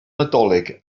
nadolig